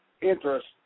interest